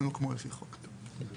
אם הם הוקמו על פי חוק, כן.